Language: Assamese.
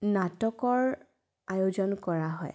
নাটকৰ আয়োজন কৰা হয়